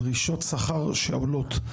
דרישות שכר שעולות,